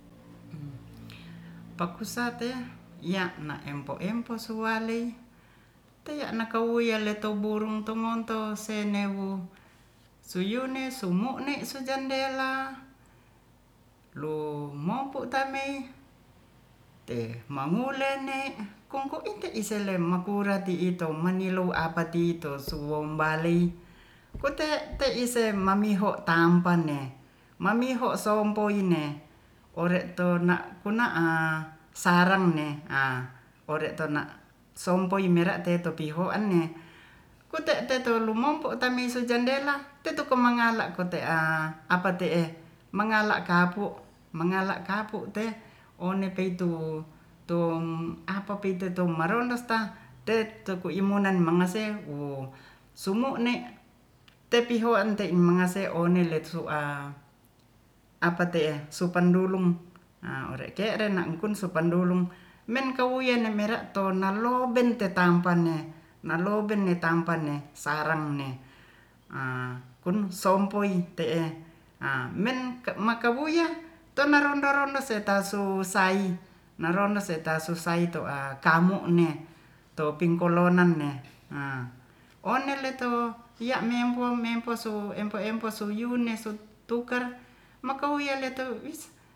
pakusatey ya'na empo-empo suwalei teya'nakawuyale toburung tongontos senewu suyune sumukne sujendela lumo'pu tamei te'mangulene kong ko inte iselem makura ti'i tou mangula apa ti'i suwumombalei kote te'ise mamiho tampan ne mamiho sompoine ore'to na kuna'a sarangne a ore'to na'sompoi mera'te topiohan ne kute teto lumompo tamaisu jendela tetukomanggala kote'a apa te'e mangala kapu- te one peitu tum apa pitu tu maronos sta te'tu ikomunan mangase wo sumu'ne tepi'uhuhan mangase one letsu'a apa te'e supan dulum a ore'ke're nakum sumpan dulum menkawuian na mera'tonaloben tetampanne nalobetampanne sarangne a kunsompoi te'e a men makawuia tona rondo-rondo setasusai narondo setasusai toa kamu'ne tupingkunolan ne a one leto hiya mempo-mempo su empo-empo suyune sutukar makawialeto wis